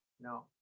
No